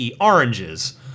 oranges